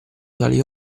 tali